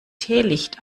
teelicht